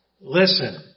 listen